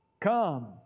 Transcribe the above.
Come